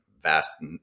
vast